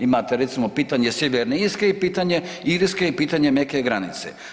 Imate recimo pitanje Sjeverne Irske i pitanje Irske i pitanje meke granice.